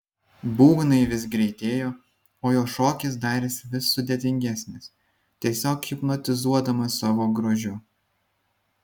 būgnai vis greitėjo o jo šokis darėsi vis sudėtingesnis tiesiog hipnotizuodamas savo grožiu